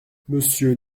monsieur